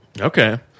Okay